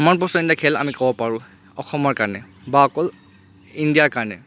মন পচন্দৰ খেল আমি ক'ব পাৰোঁ অসমৰ কাৰণে বা অকল ইণ্ডিয়াৰ কাৰণে